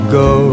go